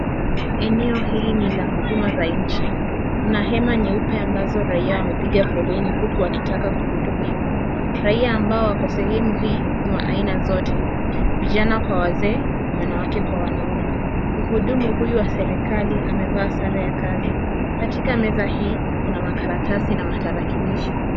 Eneo hili ni la huduma za nchi. Kuna hema nyeupe ambazo raia wamepiga foleni huku wakitaka kuhudumiwa. Raia ambao wako sehemu hii ni wa aina zote, vijana kwa wazee, wanawake kwa wanaume. Mhudumu huyu wa serikali amevaa sare ya kazi. Katika meza hii kuna makaratasi na matarakilishi.